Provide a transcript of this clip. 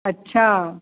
अच्छा